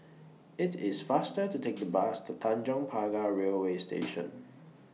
IT IS faster to Take The Bus to Tanjong Pagar Railway Station